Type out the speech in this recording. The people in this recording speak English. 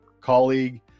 colleague